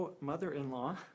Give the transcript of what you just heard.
mother-in-law